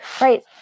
Right